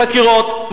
חקירות,